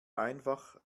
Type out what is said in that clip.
einfach